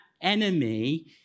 enemy